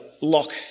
lock